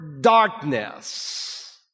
darkness